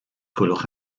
gwelwch